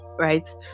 right